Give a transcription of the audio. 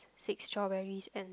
six strawberries and